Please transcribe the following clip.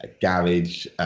Garage